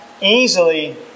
easily